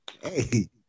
Hey